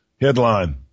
Headline